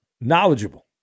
Knowledgeable